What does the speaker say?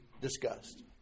discussed